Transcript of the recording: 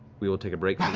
we will take a break